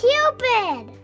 Cupid